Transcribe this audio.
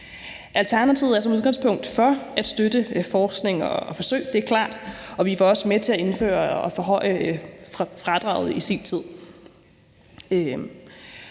Alternativet er som udgangspunkt for at støtte forskning og forsøg, det er klart, og vi var også med til at indføre og forhøje fradraget i sin tid.